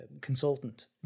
consultant